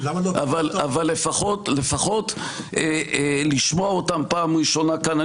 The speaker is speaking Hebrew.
אבל לפחות לשמוע אותן פעם ראשונה כאן.